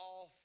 off